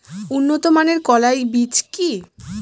উন্নত মানের কলাই বীজ কি?